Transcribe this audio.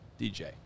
DJ